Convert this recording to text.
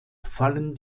fallen